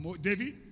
David